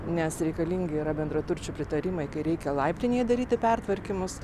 nes reikalingi yra bendraturčių pritarimai kai reikia laiptinėje daryti pertvarkymus